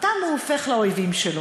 אותם הוא הופך לאויבים שלו.